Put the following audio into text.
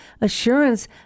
assurance